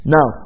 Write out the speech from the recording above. Now